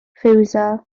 ffiwsia